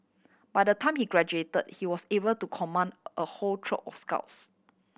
by the time he graduate he was able to command a whole troop of scouts